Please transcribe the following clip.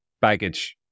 baggage